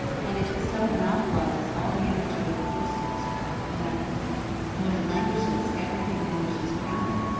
and if it so monopolizes all the energy of existence that when it languishes everything languishes around it,